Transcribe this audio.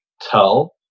tell